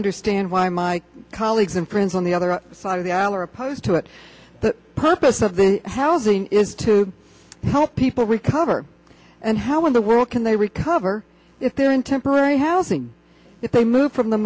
understand why my colleagues and friends on the other side of the aisle are opposed to it the purpose of the housing is to help people recover and how in the world can they recover if they're in temporary housing if they move from the